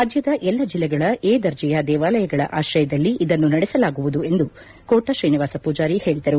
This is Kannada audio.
ರಾಜ್ಯದ ಎಲ್ಲ ಜಿಲ್ಲೆಗಳ ಎ ದರ್ಜೆಯ ದೇವಾಲಯಗಳ ಆಶ್ರಯದಲ್ಲಿ ಇದನ್ನು ನಡೆಸಲಾಗುವುದು ಎಂದು ಕೋಟಾ ಶ್ರೀನಿವಾಸ ಪೂಜಾರಿ ಹೇಳಿದರು